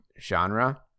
genre